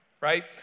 right